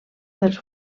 dels